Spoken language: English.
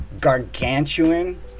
gargantuan